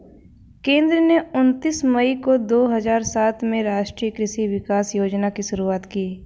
केंद्र ने उनतीस मई दो हजार सात में राष्ट्रीय कृषि विकास योजना की शुरूआत की